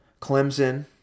Clemson